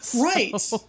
Right